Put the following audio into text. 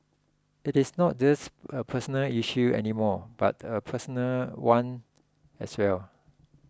it is not just a personal issue any more but a personnel one as well